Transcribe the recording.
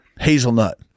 hazelnut